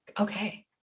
Okay